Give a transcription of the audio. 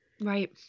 Right